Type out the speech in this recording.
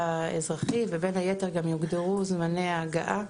אזרחי ובין הייתר גם יוגדרו זמני ההגעה,